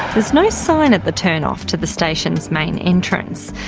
there's no sign at the turnoff to the station's main entrance,